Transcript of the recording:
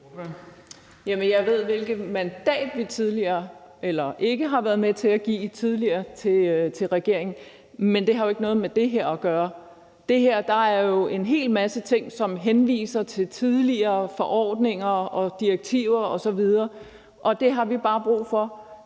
Jeg ved, hvilket mandat vi tidligere har været eller ikke har været med til at give til regeringen, men det har jo ikke noget med det her at gøre. Her er der jo en hel masse ting, som henviser til tidligere forordninger og direktiver osv., og vi har bare brug for